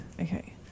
Okay